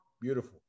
beautiful